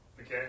Okay